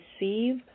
receive